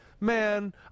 man